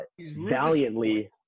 valiantly